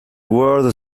word